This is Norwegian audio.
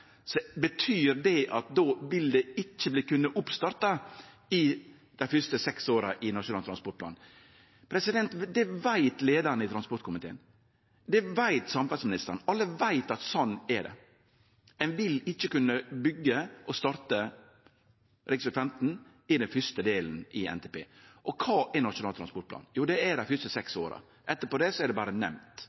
betyr det at då vil det ikkje kunne verte starta opp i løpet av dei fyrste seks åra i Nasjonal transportplan. Det veit leiaren i transportkomiteen. Det veit samferdselsministeren. Alle veit at sånn er det. Ein vil ikkje kunne starte med å byggje rv. 15 i løpet av den fyrste delen i NTP. Kva er Nasjonal transportplan? Jo, det er dei fyrste seks åra. Etter det er det berre nemnt.